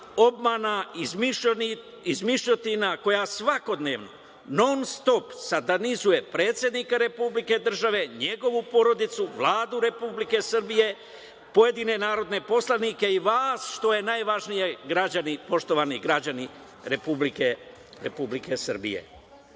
obmana i izmišljotina koja svakodnevno, non-stop satanizuje predsednika Republike države, njegovu porodicu, Vladu Republike Srbije, pojedine narodne poslanike i vas, što je najvažnije, poštovani građani Republike Srbije. Znate